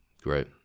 great